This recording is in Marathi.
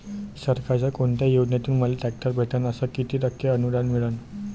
सरकारच्या कोनत्या योजनेतून मले ट्रॅक्टर भेटन अस किती टक्के अनुदान मिळन?